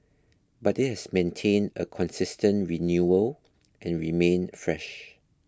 but it has maintained a consistent renewal and remained fresh